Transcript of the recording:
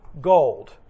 gold